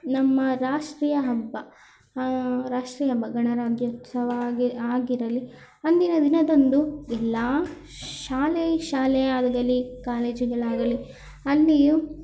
ನಮ್ಮ ರಾಷ್ಟ್ರೀಯ ಹಬ್ಬ ರಾಷ್ಟ್ರೀಯ ಹಬ್ಬ ಗಣರಾಜ್ಯೋತ್ಸವ ಆಗಿ ಆಗಿರಲಿ ಅಂದಿನ ದಿನದಂದು ಎಲ್ಲ ಶಾಲೆ ಶಾಲೆಯಾಗಲಿ ಕಾಲೇಜುಗಳಾಗಲಿ ಅಲ್ಲಿಯೂ